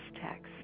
text